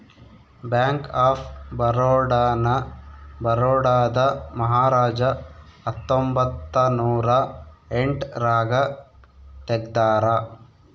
bank of Baroda ನ ಬರೋಡಾದ ಮಹಾರಾಜ ಹತ್ತೊಂಬತ್ತ ನೂರ ಎಂಟ್ ರಾಗ ತೆಗ್ದಾರ